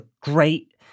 great